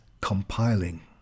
compiling